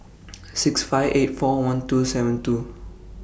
six five eight four one two seven two